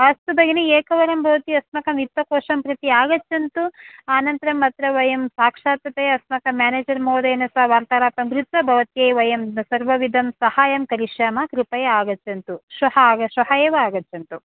अस्तु भगिनि एकवारं भवती अस्माकं वित्तकोशं प्रति आगच्छन्तु अनन्तरम् अत्र वयं साक्षात्ते अस्माकं म्याेनेजर् महोदयेन सह वार्तालापं कृत्वा भवत्याः वयं सर्वविधं सहायं करिष्यामः कृपया आगच्छन्तु श्वः आगच्छन्तु श्वः एव आगच्छन्तु